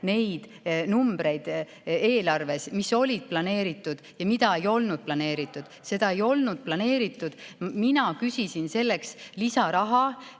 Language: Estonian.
neid numbreid eelarves, mis olid planeeritud, ja mida ei olnud planeeritud. Seda ei olnud planeeritud. Mina küsisin selleks lisaraha